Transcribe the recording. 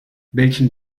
welchen